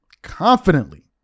confidently